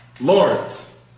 Lawrence